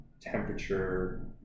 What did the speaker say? temperature